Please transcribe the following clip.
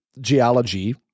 geology